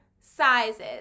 sizes